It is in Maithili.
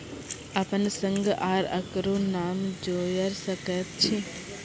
अपन संग आर ककरो नाम जोयर सकैत छी?